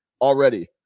already